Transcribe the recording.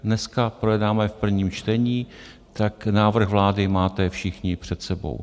Dneska projednáme v prvním čtení, tak návrh vlády máte všichni před sebou.